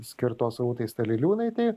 skirtos rūtai staliliūnaitei